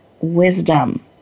wisdom